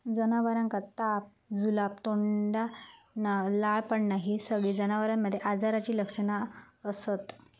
जनावरांका ताप, जुलाब, तोंडातना लाळ पडना हि सगळी जनावरांमध्ये आजाराची लक्षणा असत